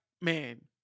man